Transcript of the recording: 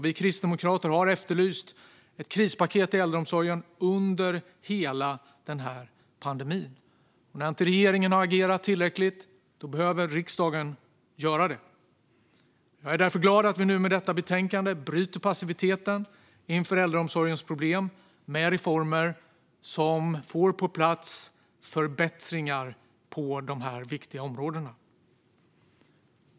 Vi kristdemokrater har efterlyst ett krispaket till äldreomsorgen under hela den här pandemin. När regeringen inte har agerat tillräckligt behöver riksdagen göra det. Jag är därför glad att vi nu, med detta förslag, bryter passiviteten inför äldreomsorgens problem med reformer som får på plats förbättringar på dessa viktiga områden.